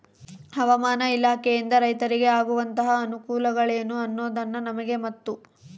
ಹವಾಮಾನ ಇಲಾಖೆಯಿಂದ ರೈತರಿಗೆ ಆಗುವಂತಹ ಅನುಕೂಲಗಳೇನು ಅನ್ನೋದನ್ನ ನಮಗೆ ಮತ್ತು?